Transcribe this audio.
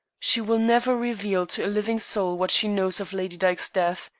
she will never reveal to a living soul what she knows of lady dyke's death.